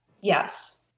Yes